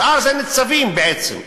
השאר זה ניצבים, בעצם,